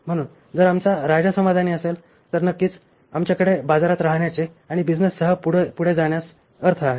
म्हणून जर आमचा राजा समाधानी असेल तर नक्कीच आपल्याकडे बाजारात राहण्याचे आणि बिझनेससह पुढे जाण्यास अर्थ आहे